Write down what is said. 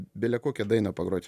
belekokią dainą pagrot